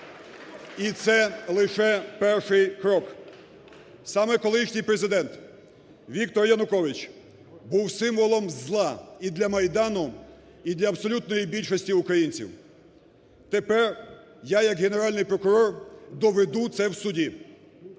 І це лише перший крок. Саме колишній Президент Віктор Янукович був символом зла і для Майдану, і для абсолютної більшості українців. Тепер я як Генеральний прокурор доведу це в суді.